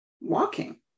walking